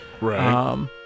Right